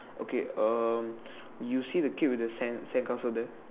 okay um you see the kid with the sand~ sandcastle there